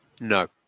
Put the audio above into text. No